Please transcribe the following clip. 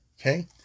Okay